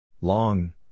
Long